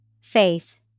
Faith